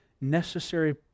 necessary